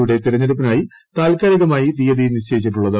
യുട്ടൂ തിരഞ്ഞെടുപ്പിനായി താൽക്കാലികമായി തീയതി നിശ്ചയിച്ചിട്ടുളളത്